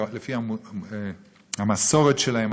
לפי המסורת שלהם,